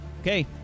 Okay